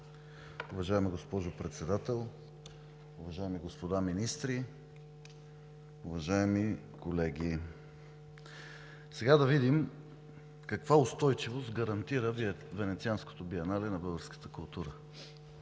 Уважаема госпожо Председател, уважаеми господа министри, уважаеми колеги! Да видим каква устойчивост гарантира Венецианското биенале на българската култура,